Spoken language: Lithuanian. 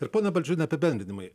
ir pone balčiūne apibendrinimai